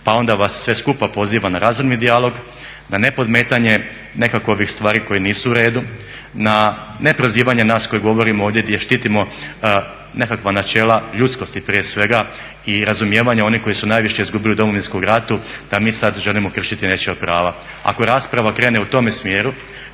Pa onda vas sve skupa pozivam na razumni dijalog, na ne podmetanje nekakvih stvari koje nisu u redu, na neprozivanje nas koji govorimo ovdje, gdje štitimo nekakva načela ljudskosti prije svega i razumijevanja onih koji su najviše izgubili u Domovinskom ratu da mi sada želimo kršiti nečija prava. Ako rasprava krene u tom smjeru,